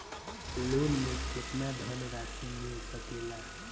Loan मे केतना धनराशी मिल सकेला?